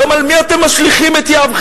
היום, על מי אתם משליכים את יהבכם?